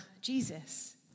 Jesus